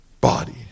body